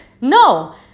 no